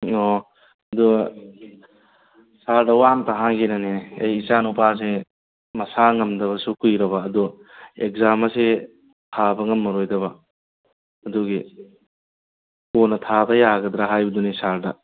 ꯑꯣ ꯑꯗꯨ ꯁꯥꯔꯗ ꯋꯥ ꯑꯃꯇꯥ ꯍꯥꯏꯒꯦꯅꯅꯤꯅꯦ ꯑꯩ ꯏꯆꯥꯅꯨꯄꯥꯁꯦ ꯃꯁꯥ ꯉꯝꯗꯕꯁꯨ ꯀꯨꯏꯔꯕ ꯑꯗꯣ ꯑꯦꯛꯖꯥꯝ ꯑꯁꯤ ꯊꯥꯕ ꯉꯝꯃꯔꯣꯏꯗꯕ ꯑꯗꯨꯒꯤ ꯀꯣꯟꯅ ꯊꯥꯕ ꯌꯥꯒꯗ꯭ꯔꯥ ꯍꯥꯏꯕꯗꯨꯅꯤ ꯁꯥꯔꯗ